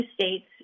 states